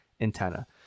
antenna